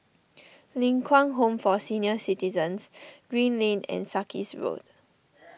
Ling Kwang Home for Senior Citizens Green Lane and Sarkies Road